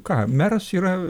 ką meras yra